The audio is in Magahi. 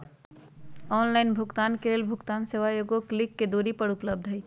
ऑनलाइन भुगतान के लेल भुगतान सेवा एगो क्लिक के दूरी पर उपलब्ध हइ